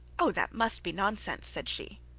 oh, that must be nonsense said she.